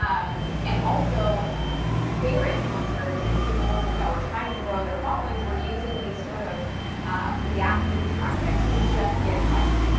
um and also bigger influencers, and people that were trying to grow their followings were using these sort of reactive tactics to just get likes.